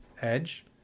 edge